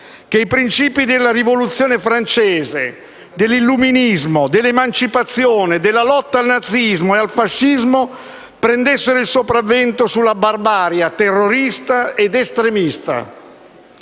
che i principi della rivoluzione francese, dell'illuminismo, dell'emancipazione, della lotta al nazismo e al fascismo prendessero il sopravvento sulla barbarie terrorista ed estremista.